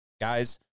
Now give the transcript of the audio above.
guys